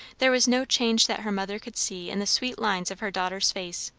there was no change that her mother could see in the sweet lines of her daughter's face.